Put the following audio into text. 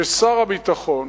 ששר הביטחון